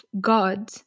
God